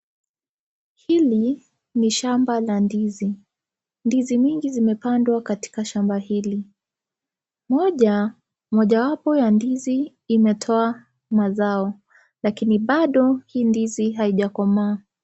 Hili ni shamba la ndizi. Ndizi mingi zimepandwa katika shamba hili. Mojawapo ya ndizi imetoa mazao lakini bado hii ndizi haijakomaa.